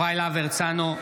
הרצנו,